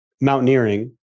mountaineering